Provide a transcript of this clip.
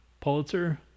Pulitzer